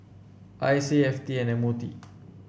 I C A F T and M O T